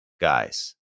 guys